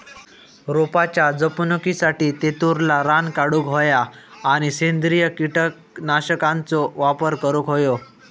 रोपाच्या जपणुकीसाठी तेतुरला रान काढूक होया आणि सेंद्रिय कीटकनाशकांचो वापर करुक होयो